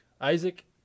Isaac